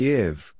Give